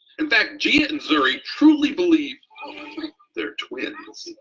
in fact, gia ah and zuri truly believe they're twins.